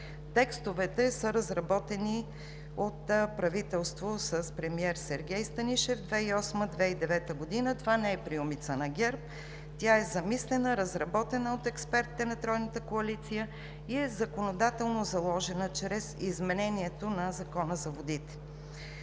Тестовете са разработени от правителството с премиер Сергей Станишев през 2008 г. – 2009 г. Това не е приумица на ГЕРБ, тя е замислена, разработена е от експертите на Тройната коалиция, и е законодателно заложена чрез изменението на Закона за водите.